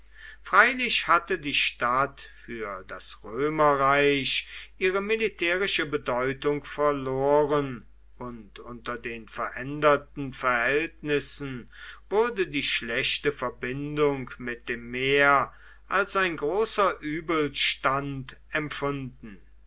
freilich hatte die stadt für das römerreich ihre militärische bedeutung verloren und unter den veränderten verhältnissen wurde die schlechte verbindung mit dem meer als ein großer übelstand empfunden